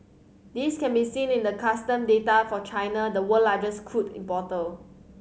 this can be seen in the custom data for China the world largest crude importer